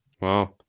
Wow